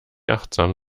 achtsam